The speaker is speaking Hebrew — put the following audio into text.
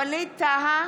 ווליד טאהא,